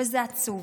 וזה עצוב.